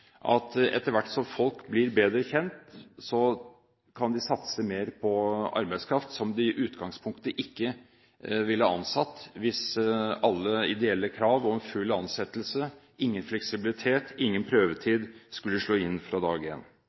at etter hvert som folk blir bedre kjent, kan de satse mer på arbeidskraft som de i utgangspunktet ikke ville ansatt hvis alle ideelle krav om fast ansettelse, ingen fleksibilitet og ingen prøvetid skulle slå inn fra dag